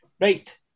Right